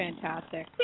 fantastic